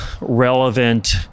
relevant